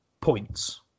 points